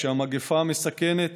כשהמגפה מסכנת